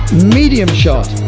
medium shot.